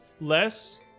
less